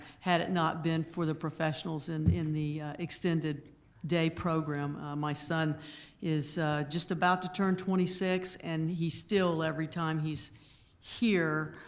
had it not been for the professionals in in the extended day program. my son is just about to turn twenty six and he still, every time he's here,